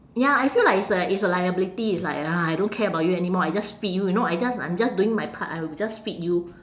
ya I feel like it's a it's a liability it's like I don't care about you anymore I just feed you you know I just I'm just doing my part I will just feed you